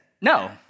no